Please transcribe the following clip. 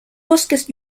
bosques